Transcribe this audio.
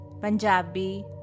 Punjabi